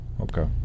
Okay